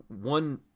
one